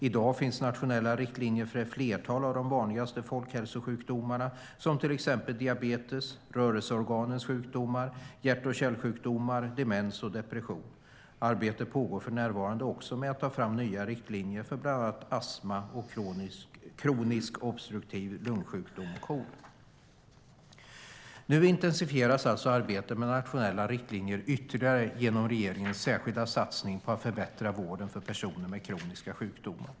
I dag finns nationella riktlinjer för ett flertal av de vanligaste folkhälsosjukdomarna som till exempel diabetes, rörelseorganens sjukdomar, hjärt och kärlsjukdomar, demens och depression. Arbete pågår för närvarande också med att ta fram nya riktlinjer för bland annat astma och kronisk obstruktiv lungsjukdom, KOL. Nu intensifieras alltså arbetet med nationella riktlinjer ytterligare genom regeringens särskilda satsning på att förbättra vården för personer med kroniska sjukdomar.